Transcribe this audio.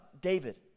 David